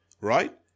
right